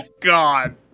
god